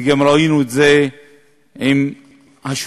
וגם ראינו את זה עם השוטרת,